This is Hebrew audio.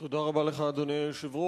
תודה רבה לך, אדוני היושב-ראש.